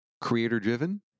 creator-driven